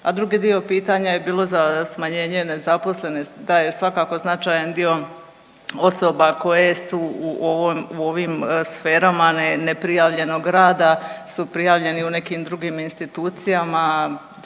A drugi dio pitanja je bilo za smanjenje nezaposlenosti, da jer svakako značajan dio osoba koje su u ovim sfera neprijavljenog rada su prijavljeni u drugim institucijama,